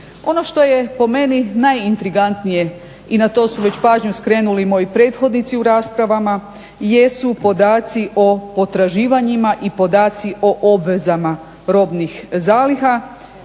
Ono što je po meni najintrigantnije i na to su već pažnju skrenuli i moji prethodnici u raspravama jesu podaci o potraživanjima i podaci o obvezama robnih zaliha